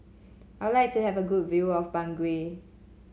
I would like to have a good view of Bangui